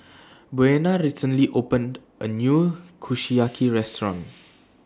Buena recently opened A New Kushiyaki Restaurant